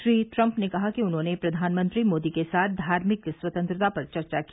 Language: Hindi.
श्री ट्रम्प ने कहा कि उन्होंने प्रधानमंत्री मोदी के साथ धार्मिक स्वतंत्रता पर चर्चा की